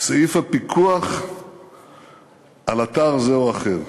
סעיף הפיקוח על אתר זה או אחר.